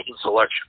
selection